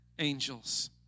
angels